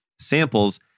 samples